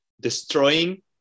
destroying